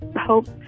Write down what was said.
hope